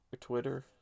Twitter